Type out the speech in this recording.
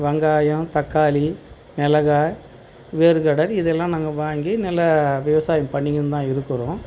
வெங்காயம் தக்காளி மிளகா வேர்க்கடலை இதெல்லாம் நாங்கள் வாங்கி நல்லா விவசாயம் பண்ணிக்கினு தான் இருக்கிறோம்